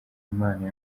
imana